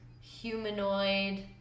humanoid